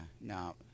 no